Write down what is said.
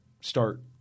start